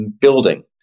building